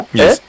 Yes